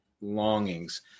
longings